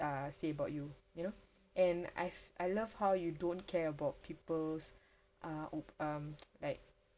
uh say about you you know and I've I love how you don't care about people's uh oop um like